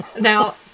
Now